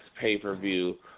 pay-per-view